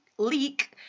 leak